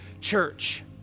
church